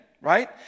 right